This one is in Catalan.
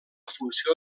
funció